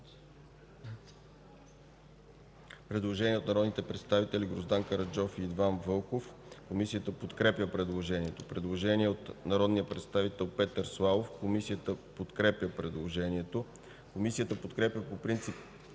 Предложение от народните представители Гроздан Караджов и Иван Вълков. Комисията подкрепя предложението. Предложение от народния представител Петър Славов. Комисията подкрепя предложението. Комисията подкрепя по принцип